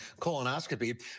colonoscopy